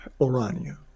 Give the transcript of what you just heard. orania